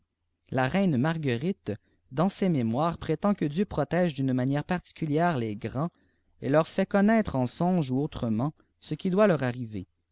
la reine marguerite dans ses mémoires pétend que dieu protège d'une manière particulière les grands et leur fait connaître en songe ou autrement ce qui doit leur